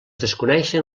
desconeixen